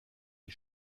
die